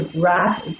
wrap